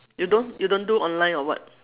you don't you don't do online or what